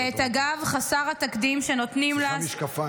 ואת הגב חסר התקדים שנותנים --- את צריכה משקפיים.